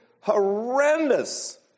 horrendous